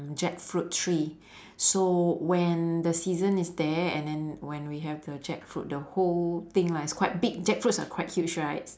jackfruit tree so when the season is there and then when we have the jackfruit the whole thing lah it's quite big jackfruits are quite huge right